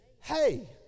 hey